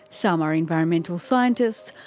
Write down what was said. some are environmental scientists.